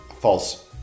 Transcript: False